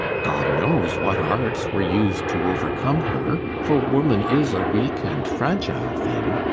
god knows what arts were used to overcome her! for woman is a weak and fragile thing.